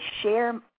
share